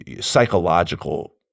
psychological